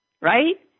Right